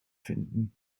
finden